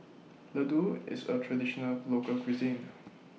Ladoo IS A Traditional Local Cuisine